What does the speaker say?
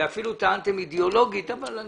ואפילו טענתם אידיאולוגית אבל על